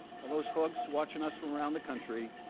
those folks watching us from around the country,